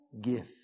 gift